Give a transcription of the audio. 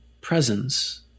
presence